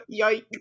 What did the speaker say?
yikes